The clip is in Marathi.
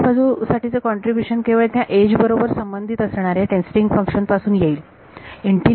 उजव्या बाजू साठीचे कॉन्ट्रीब्युशन केवळ त्या एज बरोबर संबंधित असणाऱ्या टेस्टिंग फंक्शन्स पासून येईल